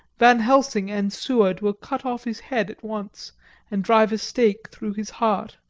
van helsing and seward will cut off his head at once and drive a stake through his heart.